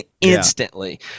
instantly